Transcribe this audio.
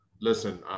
listen